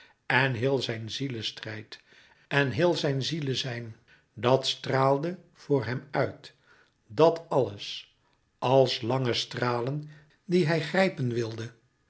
en heel zijn zielestrijd en heel zijn zielezijn dat straalde voor hem uit dat alles als lange stralen die hij grijpen wilde